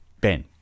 Ben